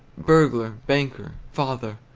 burglar, banker, father,